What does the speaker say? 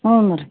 ಹ್ಞೂ ರೀ